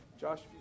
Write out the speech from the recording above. Josh